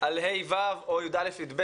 על ה'-ו' או י"א-י"ב,